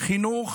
חינוך